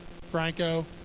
Franco